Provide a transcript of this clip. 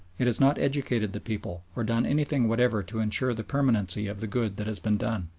it has not educated the people, or done anything whatever to ensure the permanency of the good that has been done.